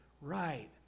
right